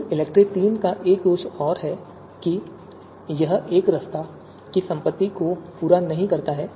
फिर इलेक्ट्री III का एक और दोष यह है कि यह एकरसता की संपत्ति को पूरा नहीं करता है